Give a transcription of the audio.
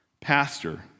pastor